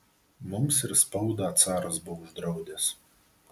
mums ir spaudą caras buvo uždraudęs